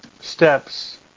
Steps